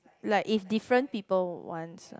like it's different people wants ah